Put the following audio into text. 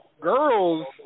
girls